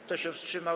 Kto się wstrzymał?